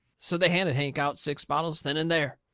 so they handed hank out six bottles then and there.